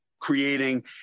creating